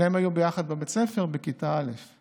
שניהם היו יחד בבית ספר בכיתה א',